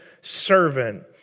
servant